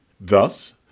Thus